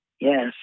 yes